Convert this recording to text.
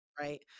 Right